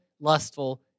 lustful